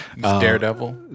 Daredevil